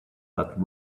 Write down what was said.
that